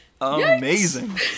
Amazing